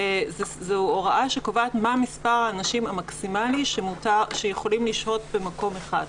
זו הוראה שקובעת מה מספר האנשים המקסימלי שיכולים לשהות במקום אחד.